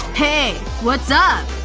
hey. what's up.